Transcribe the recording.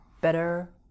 better